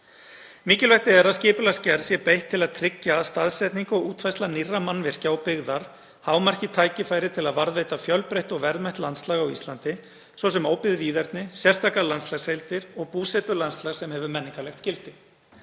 Mikilvægt er að skipulagsgerð sé beitt til að tryggja að staðsetning og útfærsla nýrra mannvirkja og byggðar hámarki tækifæri til að varðveita fjölbreytt og verðmætt landslag á Íslandi, svo sem óbyggð víðerni, sérstakar landslagsheildir og búsetulandslag sem hefur menningarlegt gildi.